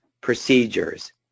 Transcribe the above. procedures